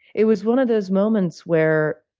it was one of those moments where